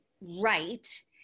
right